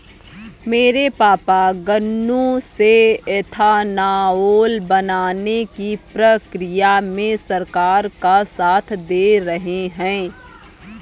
मेरे पापा गन्नों से एथानाओल बनाने की प्रक्रिया में सरकार का साथ दे रहे हैं